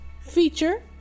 feature